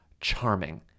charming